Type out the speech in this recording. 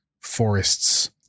forests